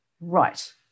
right